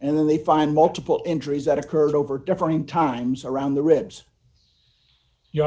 and then they find multiple injuries that occurred over differing times around the ribs you